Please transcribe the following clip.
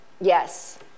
Yes